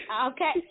Okay